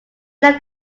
left